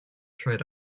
tried